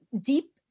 deep